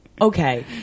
Okay